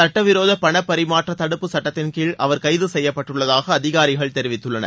சட்டவிரோத பண பரிமாற்ற தடுப்பு சட்டத்தின்கீழ் அவர் கைது செய்யப்பட்டுள்ளதாக அதிகாரிகள் தெரிவித்துள்ளனர்